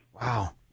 Wow